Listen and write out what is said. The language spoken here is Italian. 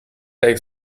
dai